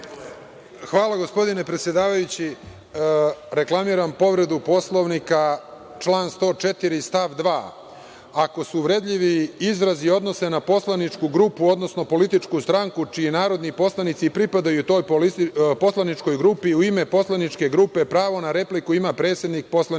Hvala gospodine predsedavajući. Reklamiram povredu Poslovnika član 104. stav 2. – ako se uvredljivi izrazi odnose na poslaničku grupu, odnosno političku stranku čiji narodni poslanici pripadaju toj poslaničkoj grupi, u ime poslaničke grupe pravo na repliku ima predsednik poslaničke